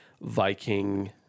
Viking